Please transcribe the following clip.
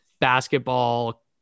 basketball